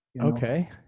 Okay